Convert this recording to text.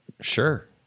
Sure